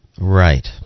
Right